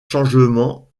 changements